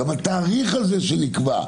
גם התאריך הזה שנקבע,